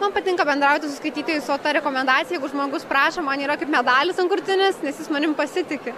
man patinka bendrauti su skaitytojais o ta rekomendacija žmogus prašo man yra kaip medalis ant krūtinės nes jis manim pasitiki